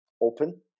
open